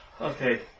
okay